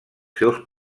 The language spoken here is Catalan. seus